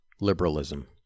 liberalism